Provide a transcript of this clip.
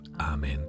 Amen